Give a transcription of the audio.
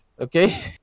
Okay